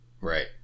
Right